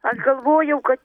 aš galvojau kad